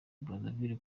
brazzaville